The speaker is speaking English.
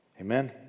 Amen